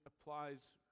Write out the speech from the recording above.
applies